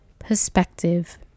perspective